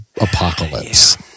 apocalypse